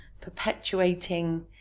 perpetuating